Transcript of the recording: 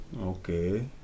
okay